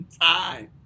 Time